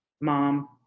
mom